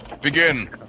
Begin